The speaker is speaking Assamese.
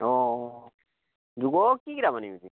অঁ যোগৰ কি কিতাপ আনিবি